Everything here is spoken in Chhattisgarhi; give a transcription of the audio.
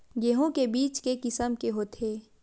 गेहूं के बीज के किसम के होथे?